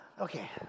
Okay